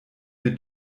mir